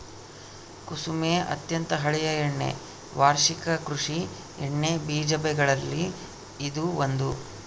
ಕುಸುಮೆ ಅತ್ಯಂತ ಹಳೆಯ ಎಣ್ಣೆ ವಾರ್ಷಿಕ ಕೃಷಿ ಎಣ್ಣೆಬೀಜ ಬೆಗಳಲ್ಲಿ ಇದು ಒಂದು